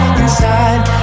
inside